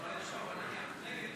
נגד.